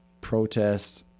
protests